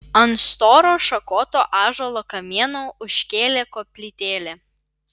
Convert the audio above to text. ant storo šakoto ąžuolo kamieno užkėlė koplytėlę